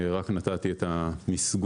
אני נתתי את המסגור,